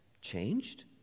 changed